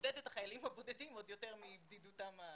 ולבודד את החיילים הבודדים עוד יותר מבדידותם הפיזית.